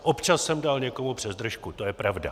Občas jsem dal někomu přes držku, to je pravda.